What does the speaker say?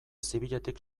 zibiletik